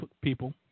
people